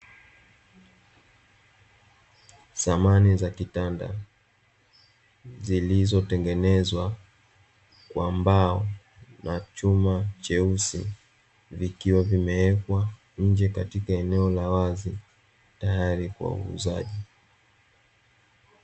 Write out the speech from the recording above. Samani za kitanda zilizotengenezwa kwa mbao na chuma cheusi, vikiwa vimewekwa nje katika eneo la wazi, tayari kwa uuzaji.